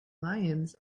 lions